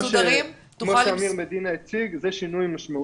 כמו שאמיר מדינה הציג זה באמת שינוי משמעותי.